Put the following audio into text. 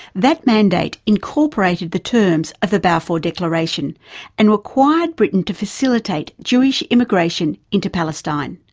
that mandate incorporated the terms of the balfour declaration and required britain to facilitate jewish immigration into palestine.